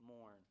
mourn